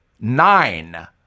nine